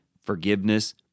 forgiveness